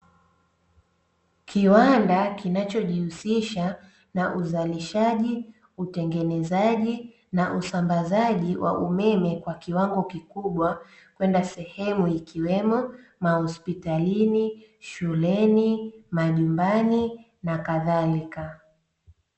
Kiwanda kinacho jihusisha na uzalishaji, utengenezaji, na usambazaji wa umeme kwa kiwango kikubwa kwenda sehemu. Ikiwemo mahospitalini, shuleni, majumbani nakadhalika.